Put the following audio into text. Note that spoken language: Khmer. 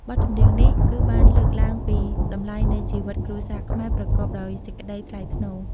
បទចម្រៀងនេះគឺបានលើកឡើងពីតម្លៃនៃជីវិតគ្រួសារខ្មែរប្រកបដោយសេចក្តីថ្លៃថ្នូរ។